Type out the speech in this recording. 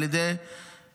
על ידי מחבלים".